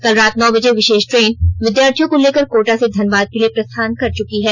कल रात नौ बजे विषेष ट्रेन विद्यार्थियों को लेकर कोटा से धनबाद के लिए प्रस्थान कर चुकी है